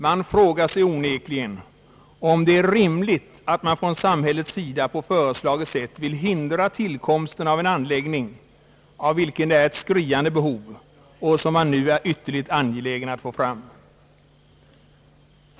Man frågar sig onekligen om det är rimligt att samhället på föreslaget sätt vill hindra tillkomsten av en anläggning, av vilken det är ett skriande behov och som man nu är ytterligt angelägen om att få fram.